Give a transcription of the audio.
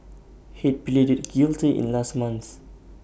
Head pleaded guilty in last month